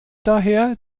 daher